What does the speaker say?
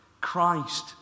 Christ